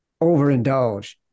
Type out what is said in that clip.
overindulge